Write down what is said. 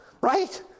Right